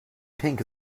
pink